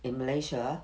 in malaysia